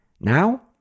Now